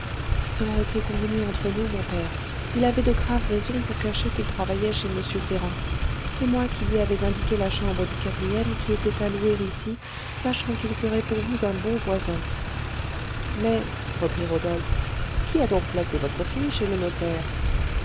cela était convenu entre nous mon père il avait de graves raisons pour cacher qu'il travaillait chez m ferrand c'est moi qui lui avais indiqué la chambre du quatrième qui était à louer ici sachant qu'il serait pour vous un bon voisin mais reprit rodolphe qui a donc placé votre fille chez le notaire